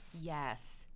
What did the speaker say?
Yes